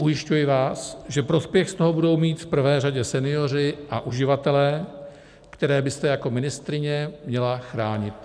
Ujišťuji vás, že prospěch z toho budou mít v prvé řadě senioři a uživatelé, které byste jako ministryně měla chránit.